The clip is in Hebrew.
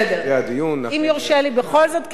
אם יורשה לי בכל זאת, כי היתה כאן השמצה,